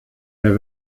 der